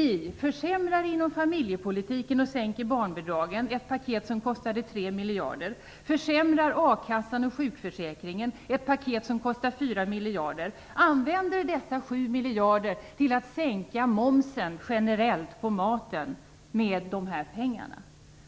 Det skall försämras på familjepolitikens område, och barnbidragen skall sänkas - ett paket som kostar tre miljarder. A-kassa och sjukförsäkringen skall försämras - ett paket som kostar fyra miljarder. Dessa sju miljarder skall användas till att sänka momsen generellt på maten.